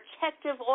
protective